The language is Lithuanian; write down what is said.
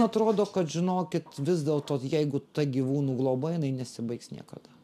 man atrodo kad žinokit vis dėlto jeigu ta gyvūnų globa jinai nesibaigs niekada